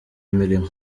imirimo